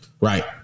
right